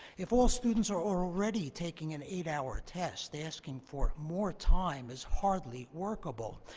if all students are already taking an eight-hour test, asking for more time is hardly workable.